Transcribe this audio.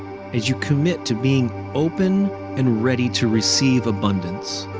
as you commit to being open and ready to receive abundance,